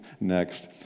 next